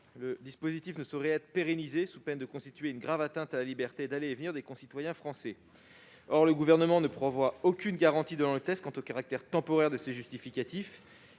Ce dispositif ne saurait en effet être pérennisé, sous peine de constituer une grave atteinte à la liberté d'aller et venir de nos concitoyens. Or le Gouvernement n'offre aucune garantie sur le caractère temporaire de ces justificatifs.